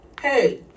hey